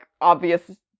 obvious